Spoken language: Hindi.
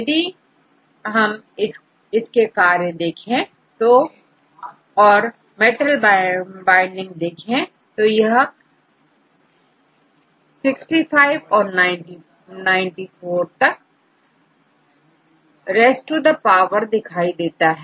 यदि हम इसके कार्य देखें और मेटल बाइंडिंग देखें तो यह65 और94 तक रेस टू द पावर दिखाई देता है